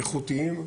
איכותיים,